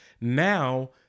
Now